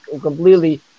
completely